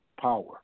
power